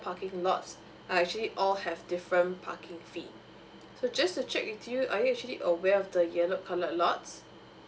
parking lots are actually all have different parking fee so just to check with you are you actually aware of the yellow coloured lots